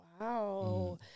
wow